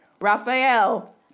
Raphael